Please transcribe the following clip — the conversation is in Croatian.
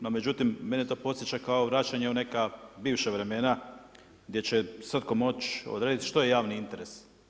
No međutim, mene to podsjeća kao vraćanje u neka bivša vremena gdje će svatko moći odrediti što je javni interes.